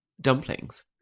dumplings